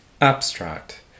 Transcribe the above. Abstract